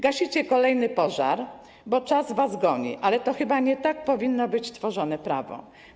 Gasicie kolejny pożar, bo czas was goni, ale chyba nie tak powinno być tworzone prawo.